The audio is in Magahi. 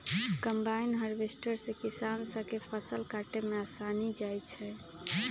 कंबाइन हार्वेस्टर से किसान स के फसल काटे में आसानी हो जाई छई